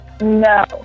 No